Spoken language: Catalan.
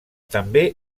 també